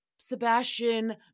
Sebastian